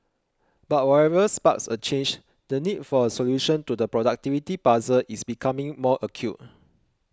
but whatever sparks a change the need for a solution to the productivity puzzle is becoming more acute